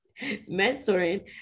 mentoring